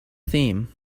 theme